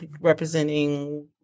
representing